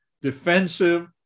defensive